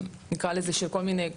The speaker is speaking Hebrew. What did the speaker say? נקרא לזה של כל מיני,